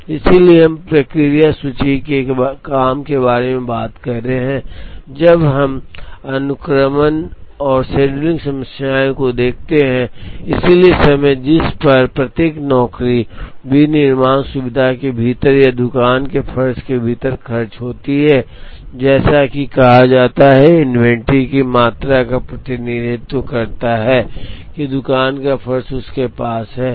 इसलिए हम प्रक्रिया सूची में काम के बारे में बात कर रहे हैं जब हम अनुक्रमण और शेड्यूलिंग समस्याओं को देखते हैं इसलिए समय जिस पर प्रत्येक नौकरी विनिर्माण सुविधा के भीतर या दुकान के फर्श के भीतर खर्च होती है जैसा कि कहा जाता है कि इन्वेंट्री की मात्रा का प्रतिनिधित्व करता है कि दुकान का फर्श उसके पास है